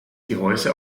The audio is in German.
gehäuse